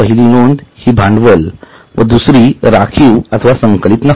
पहिली नोंद हि भांडवल व दुसरी राखीव अथवा संकलित नफा